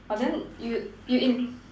ah then you you in